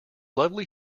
lovely